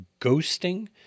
ghosting